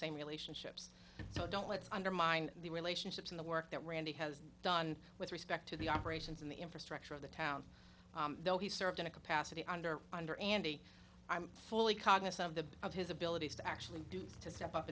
same relationships so don't let's undermine the relationships in the work that randy has done with respect to the operations in the infrastructure of the town though he served in a capacity under under andy i'm fully cognizant of the of his abilities to actually do to step up